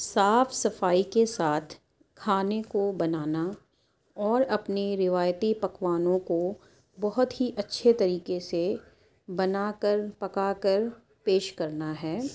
صاف صفائی کے ساتھ کھانے کو بنانا اور اپنے روایتی پکوانوں کو بہت ہی اچھے طریقے سے بنا کر پکا کر پیش كرنا ہے